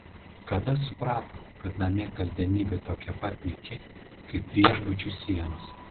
kada suprato kad namie kasdienybė tokia pat nyki kaip viešbučių sienos